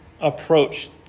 approach